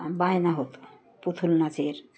বায়না হতো পুতুল নাচের